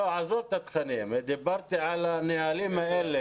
עזוב את התכנים, דיברתי על הנהלים האלה.